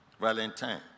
Valentine